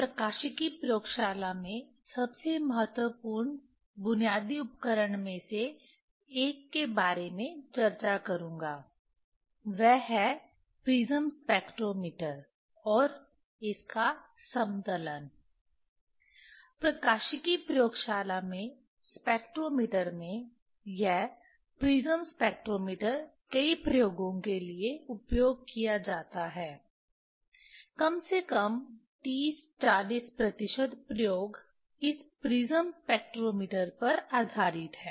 प्रकाशिकी प्रयोगशाला में स्पेक्ट्रोमीटर में यह प्रिज्म स्पेक्ट्रोमीटर कई प्रयोगों के लिए उपयोग किया जाता है कम से कम 30 40 प्रतिशत प्रयोग इस प्रिज्म स्पेक्ट्रोमीटर पर आधारित हैं